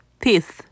teeth